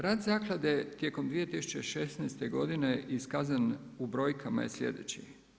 Rad zaklade tijekom 2016. godine iskazan u brojkama je slijedeći.